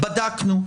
בדקנו,